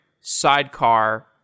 sidecar